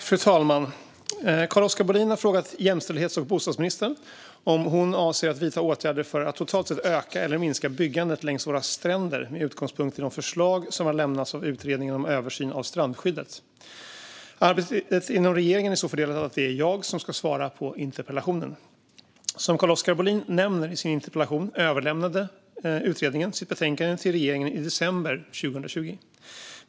Fru talman! Carl-Oskar Bohlin har frågat jämställdhets och bostadsministern om hon avser att vidta åtgärder för att totalt sett öka eller minska byggandet längs våra stränder med utgångspunkt i de förslag som har lämnats av utredningen om översyn av strandskyddet. Arbetet inom regeringen är så fördelat att det är jag som ska svara på interpellationen. Som Carl-Oskar Bohlin nämner i sin interpellation överlämnade utredningen sitt betänkande till regeringen i december 2020.